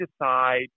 decide